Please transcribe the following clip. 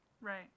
Right